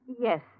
Yes